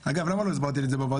אגב, למה לא הסברת לי את זה בוועדה?